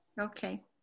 Okay